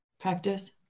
practice